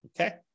Okay